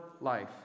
life